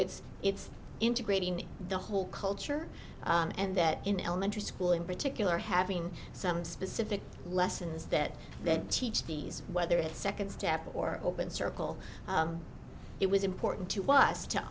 it's it's integrating the whole culture and that in elementary school in particular having some specific lessons that then teach these whether it's second step or open circle it was important to us to